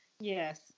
Yes